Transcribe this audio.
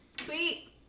Sweet